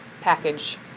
package